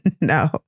no